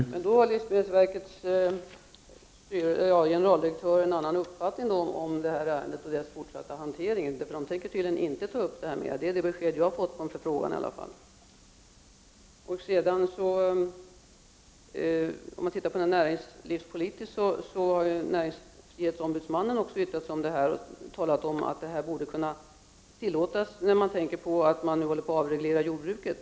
Herr talman! Då har livsmedelsverkets generaldirektör en annan uppfattning om det här ärendet och dess fortsatta hantering. Verket tänker tydligen inte ta upp det — det är i alla fall det besked som jag har fått på min förfrågan. Näringsfrihetsombudsmannen har också yttrat sig över ärendet och talat om att detta borde kunna tillåtas med tanke på att vi nu reglerar jordbruket.